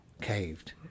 caved